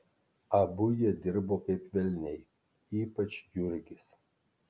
abu jie dirbo kaip velniai ypač jurgis